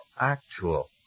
actual